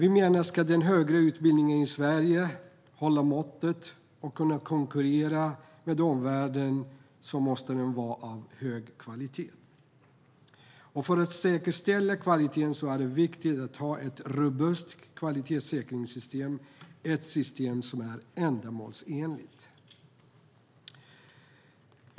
Om den högre utbildningen i Sverige ska hålla måttet och kunna konkurrera med omvärlden måste den vara av hög kvalitet. För att säkerställa kvaliteten är det viktigt att ha ett robust kvalitetssäkringssystem som är ändamålsenligt.